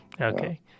Okay